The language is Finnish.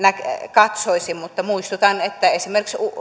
katsoisi mutta muistutan että esimerkiksi